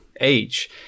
age